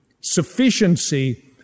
sufficiency